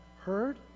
heard